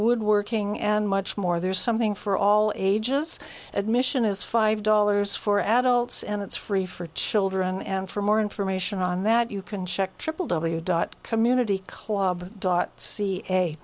woodworking and much more there's something for all ages admission is five dollars for adults and it's free for children and for more information on that you can check triple w dot community club dot ca a